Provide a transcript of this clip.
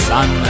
Sun